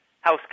house